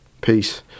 Peace